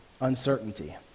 uncertainty